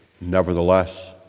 nevertheless